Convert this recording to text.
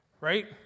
right